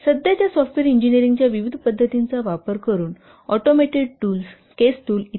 सध्याच्या सॉफ्टवेअर इंजीनियरिंगच्या विविध पद्धतींचा वापर करून ऑटोमेटेड टूल्स केस टूल्स इ